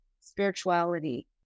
spirituality